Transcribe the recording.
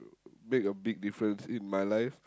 make a big difference in my life